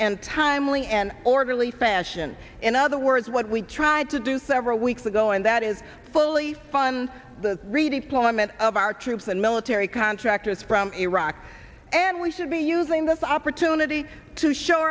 and timely and orderly fashion in other words what we tried to do several weeks ago and that is fully fund the redeployment of our troops and military contractors from iraq and we should be using this opportunity to show